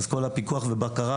ואיתה כל התהליך של הפיקוח והבקרה.